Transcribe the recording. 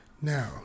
Now